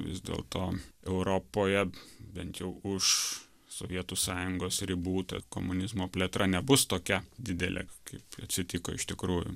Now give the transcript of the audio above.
vis dėlto europoje bent jau už sovietų sąjungos ribų ta komunizmo plėtra nebus tokia didelė kaip atsitiko iš tikrųjų